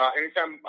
anytime